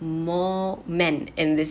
more men in this